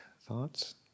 thoughts